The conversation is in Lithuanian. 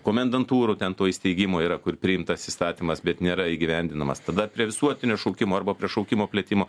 komendantūrų ten to įsteigimo yra kur priimtas įstatymas bet nėra įgyvendinamas tada prie visuotinio šaukimo arba prie šaukimo plitimo